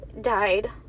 died